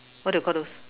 what do you Call those